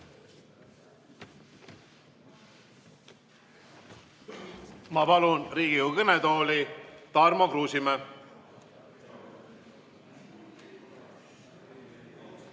Ma palun Riigikogu kõnetooli Tarmo Kruusimäe.